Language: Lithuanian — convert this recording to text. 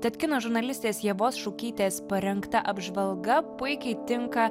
tad kino žurnalistės ievos šukytės parengta apžvalga puikiai tinka